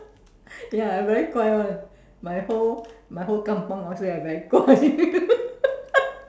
ya I very 乖 [one] my whole my whole :kampung all say I very 乖